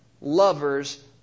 lovers